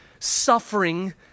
suffering